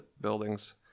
buildings